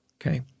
Okay